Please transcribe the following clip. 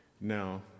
Now